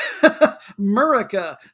Murica